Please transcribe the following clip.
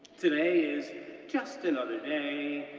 today is just another day,